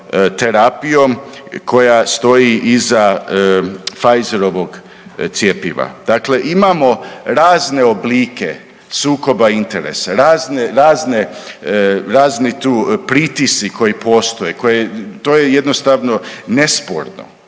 terapijom koja stoji iza Pfizerovog cjepiva. Dakle, imamo razne oblike sukoba interesa, razne, razne, razni tu pritisci koji postoje, to je jednostavno nesporno.